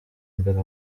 imbere